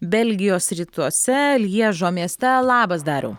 belgijos rytuose lježo mieste labas dariau